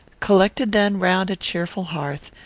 collected then round a cheerful hearth,